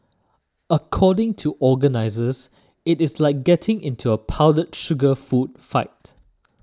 according to organisers it is like getting into a powdered sugar food fight